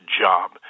job